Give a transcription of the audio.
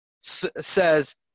says